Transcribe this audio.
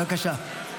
בבקשה.